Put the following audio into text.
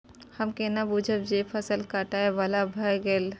हम केना बुझब जे फसल काटय बला भ गेल?